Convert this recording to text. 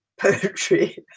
poetry